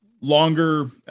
longer